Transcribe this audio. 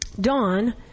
Dawn